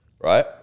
right